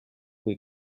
kui